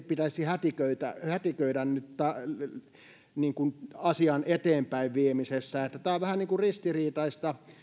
pitäisi hätiköidä nyt asian eteenpäinviemisessä että tämä on vähän niin kuin ristiriitaista